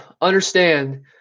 understand